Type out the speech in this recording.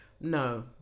no